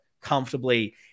comfortably